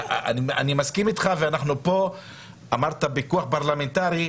אני מסכים איתך, ואמרת פה פיקוח פרלמנטרי.